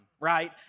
right